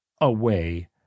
away